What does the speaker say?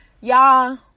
y'all